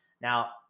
Now